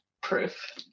proof